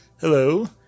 Hello